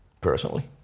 personally